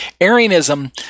Arianism